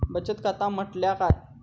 बचत खाता म्हटल्या काय?